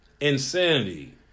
insanity